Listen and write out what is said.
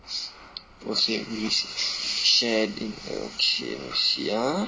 O_C_B_C share okay we see ah